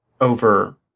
over